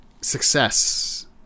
success